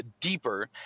deeper